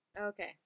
Okay